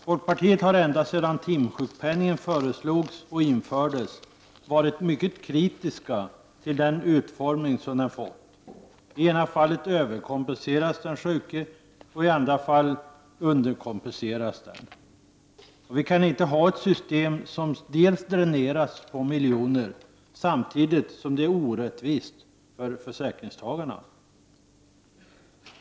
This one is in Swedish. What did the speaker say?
Folkpartiet har ända sedan timsjukpenningen föreslogs och infördes varit mycket kritiskt till den utformning som den fått. I ena fallet överkompenseras den sjuke och i andra fallet underkompenseras han. Vi kan inte ha ett system som dräneras på miljoner samtidigt som det är orättvist för försäkringstagarna.